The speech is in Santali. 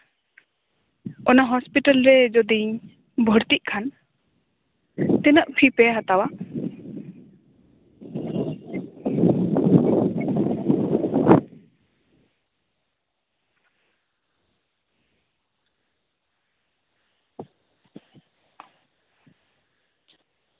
ᱚᱱᱟ ᱦᱚᱥᱯᱤᱴᱟᱞ ᱨᱮ ᱡᱩᱫᱤᱧ ᱵᱷᱩᱨᱛᱤᱜ ᱠᱷᱟᱱ ᱛᱤᱱᱟᱹᱜ ᱯᱷᱤ ᱯᱮ ᱦᱟᱛᱟᱣᱟ